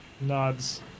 nods